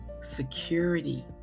security